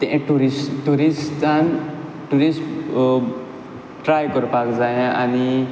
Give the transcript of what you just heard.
तें ट्युरिस्ट ट्युरिस्टान tourist try करपाक जायें आनी